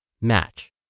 match